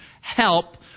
help